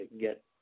get